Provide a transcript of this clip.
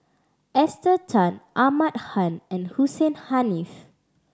Esther Tan Ahmad Khan and Hussein Haniff